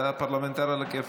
אתה פרלמנטר עלא כיפאק.